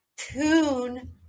Tune